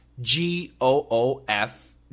G-O-O-F